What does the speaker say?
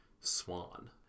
Swan